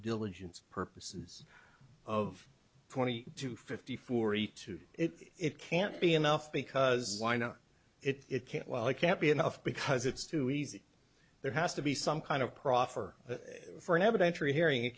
diligence purposes of twenty to fifty forty two it can't be enough because why not it can't well it can't be enough because it's too easy there has to be some kind of proffer for an evidentiary hearing it